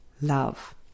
love